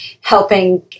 helping